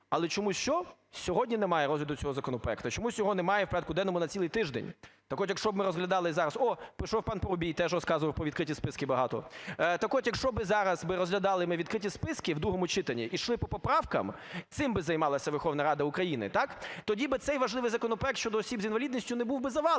Але чомусь що? Сьогодні немає розгляду цього законопроекту. Чомусь його немає в порядку денному на цілий тиждень. Так от, якщо б ми розглядали зараз... О, прийшов пан Парубій, теж розказував про відкриті списки багато. Так от, якщо би зараз розглядали ми відкриті списки в другому читанні і йшли по поправкам, цим би займалася Верховна Рада України, так, тоді би цей важливий законопроект щодо осіб з інвалідністю не був би завалений.